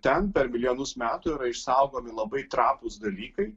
ten per milijonus metų yra išsaugomi labai trapūs dalykai